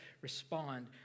respond